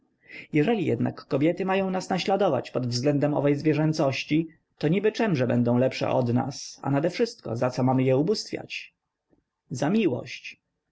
jeżeli jednak kobiety mają nas naśladować pod względem owej zwierzęcości to niby czemże będą lepsze od nas a nadewszystko zaco mamy je ubóstwiać za miłość